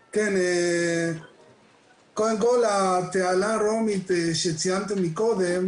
קודם כל התעלה הרומית שציינתם מקודם